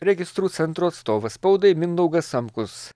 registrų centro atstovas spaudai mindaugas samkus